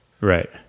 Right